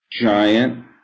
Giant